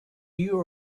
you